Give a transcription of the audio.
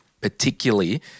particularly